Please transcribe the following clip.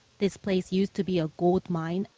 this place used to be a gold mine,